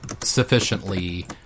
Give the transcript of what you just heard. sufficiently